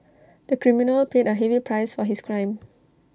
the criminal paid A heavy price for his crime